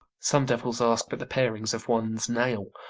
some devils ask but the parings of one's nail,